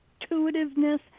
intuitiveness